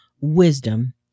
wisdom